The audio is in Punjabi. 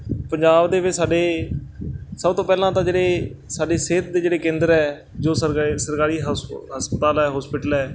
ਪੰਜਾਬ ਦੇ ਵਿੱਚ ਸਾਡੇ ਸਭ ਤੋਂ ਪਹਿਲਾਂ ਤਾਂ ਜਿਹੜੇ ਸਾਡੇ ਸਿਹਤ ਦੇ ਜਿਹੜੇ ਕੇਂਦਰ ਹੈ ਜੋ ਸਰਕਾ ਸਰਕਾਰੀ ਹਾਊਸ ਹਸਪਤਾਲ ਹੈ ਹੋਸਪਿਟਲ ਹੈ